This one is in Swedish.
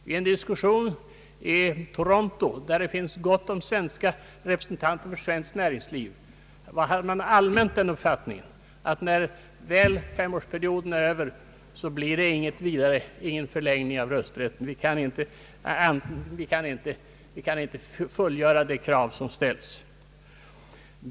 Vid en diskussion i Toronto, där det finns gott om svenska representanter för svenskt näringsliv, hade man allmänt den uppfattningen att när väl femårsperioden är över, blir det ingen förlängning av rösträtten. Man kan inte uppfylla de krav som ställs.